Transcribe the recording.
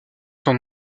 son